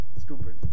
Stupid